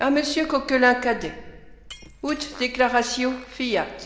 à monsieur coquelin cadet ut declaratio fiat